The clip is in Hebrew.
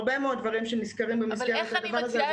הרבה מאוד דברים שנזכרים במסגרת הדבר הזה.